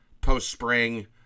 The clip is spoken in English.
post-spring